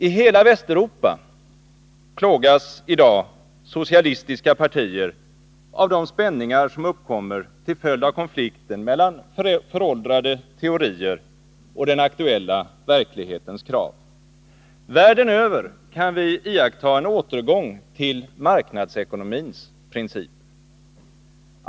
I hela Västeuropa plågas i dag socialistiska partier av de spänningar som uppkommer till följd av konflikten mellan föråldrade teorier och den aktuella verklighetens krav. Världen över kan vi iaktta en återgång till marknadsekonomins principer.